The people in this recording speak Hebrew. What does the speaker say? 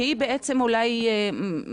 כי היא בעצם אחת מהיחידות